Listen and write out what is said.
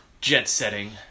jet-setting